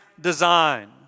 design